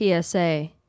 PSA